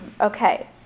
Okay